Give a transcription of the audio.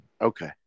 Okay